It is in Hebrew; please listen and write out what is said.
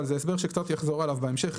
אבל זה הסבר שקצת יחזור עליו בהמשך.